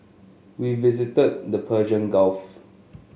we visited the Persian Gulf